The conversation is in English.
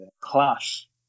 clash